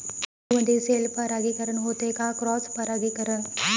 झेंडूमंदी सेल्फ परागीकरन होते का क्रॉस परागीकरन?